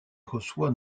reçoit